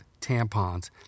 tampons